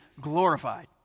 glorified